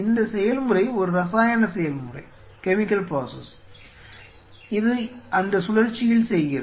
இந்த செயல்முறை ஒரு இரசாயன செயல்முறை இது அந்த சுழற்சியில் செல்கிறது